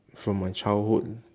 from my childhood